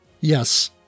Yes